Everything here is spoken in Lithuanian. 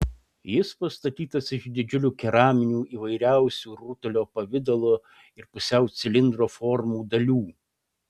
jis pastatytas iš didžiulių keraminių įvairiausių rutulio pavidalo ir pusiau cilindro formų dalių